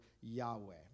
Yahweh